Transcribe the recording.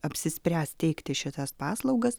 apsispręs teikti šitas paslaugas